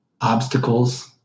obstacles